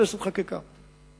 שהכנסת חוקקה.